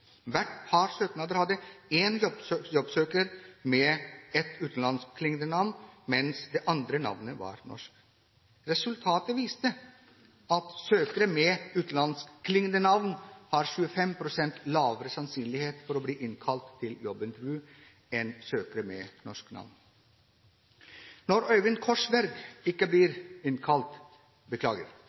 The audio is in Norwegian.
Hvert par søknader hadde én jobbsøker med et utenlandskklingende navn, mens det andre navnet var norsk. Resultatet viste at søkere med utenlandskklingende navn har 25 pst. lavere sannsynlighet for å bli innkalt til jobbintervju enn søkere med norske navn. Når Akhtar Chaudhry ikke blir innkalt